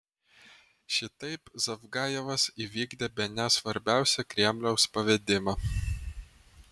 šitaip zavgajevas įvykdė bene svarbiausią kremliaus pavedimą